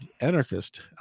anarchist